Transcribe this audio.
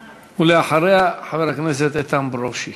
ואחריה, חבר הכנסת איתן ברושי.